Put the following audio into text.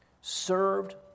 Served